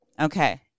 Okay